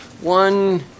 One